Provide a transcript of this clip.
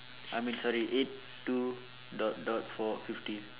I mean sorry eight two dot dot four fifty